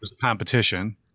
competition